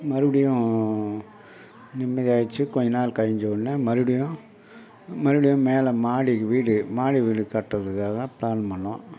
மறுபடியும் நிம்மதியாகிடுச்சு கொஞ்ச நாள் கழிஞ்சவொன்னே மறுபடியும் மறுபடியும் மேலே மாடி வீடு மாடி வீடு கட்டுறதுக்காக தான் ப்ளான் பண்ணிணோம்